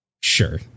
Sure